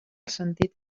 sentit